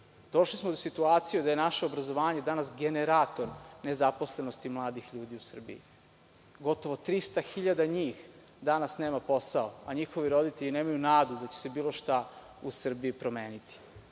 Došli smo u situaciju da je naše obrazovanje danas generator nezaposlenosti mladih ljudi u Srbiji. Gotovo 300.000 njih danas nema posao, a njihovi roditelji nemaju nadu da će se bilo šta u Srbiji promeniti. Zato